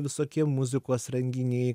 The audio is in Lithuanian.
visokie muzikos renginiai